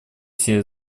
все